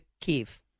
Kiev